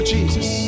Jesus